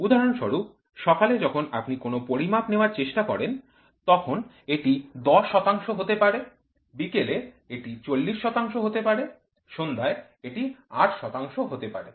উদাহরণস্বরূপ সকালে যখন আপনি কোনও পরিমাপ নেওয়ার চেষ্টা করেন তখন এটি ১০ শতাংশ হতে পারে বিকেলে এটি ৪০ শতাংশ হতে পারে সন্ধ্যায় এটি ৮ শতাংশ হতে পারে